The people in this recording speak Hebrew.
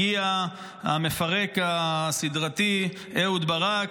הגיע המפרק הסדרתי אהוד ברק,